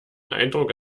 eindruck